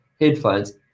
headphones